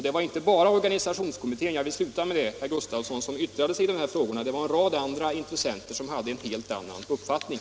Det var inte bara organisationskommittén, herr Gustafsson, som yttrade sig i denna fråga, utan även en rad andra intressenter, som hade en helt annan uppfattning.